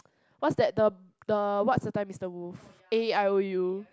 what is that the the what is the time Mister Wolf A E I O U